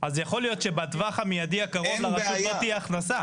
אז יכול להיות שבטווח המיידי הקרוב לרשות לא תהיה הכנסה,